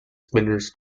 spinners